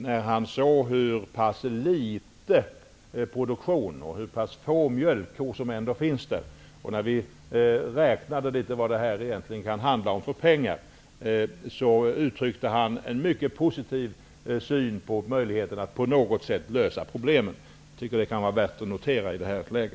När han såg hur pass liten produktion och hur pass få mjölkkor som finns där, och när vi räknade litet på vad detta kan handla om i pengar, uttryckte han en mycket positiv syn på möjligheten att på något sätt lösa problemet. Jag tycker att det kan vara värt att notera i detta läge.